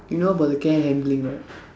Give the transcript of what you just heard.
you know about the care handling right